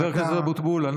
חבר הכנסת אבוטבול,